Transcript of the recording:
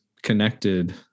connected